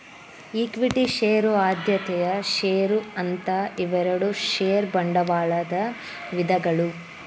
equity share ಆದ್ಯತೆಯ share ಅಂತ ಇವೆರಡು ಷೇರ ಬಂಡವಾಳದ ವಿಧಗಳು